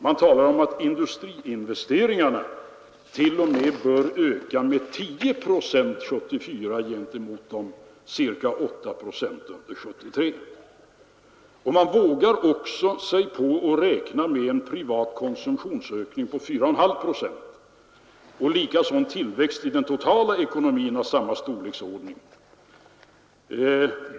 Man talar om att industriinvesteringarna t.o.m. bör öka med 10 procent 1974 gentemot ca 8 procent 1973. Man vågar sig också på att räkna med en privat konsumtionsökning på 4,5 procent och likaså med en tillväxt i den totala ekonomin av samma storleksordning.